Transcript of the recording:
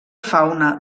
fauna